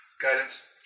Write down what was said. Guidance